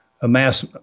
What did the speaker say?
amass